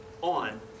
on